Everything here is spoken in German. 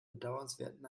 bedauernswerten